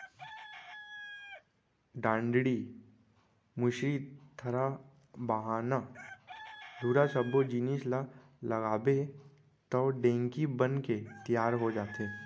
डांड़ी, मुसरी, थरा, बाहना, धुरा सब्बो जिनिस ल लगाबे तौ ढेंकी बनके तियार हो जाथे